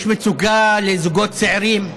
יש מצוקה לזוגות צעירים,